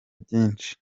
byinshi